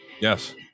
Yes